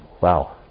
Wow